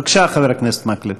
בבקשה, חבר הכנסת מקלב.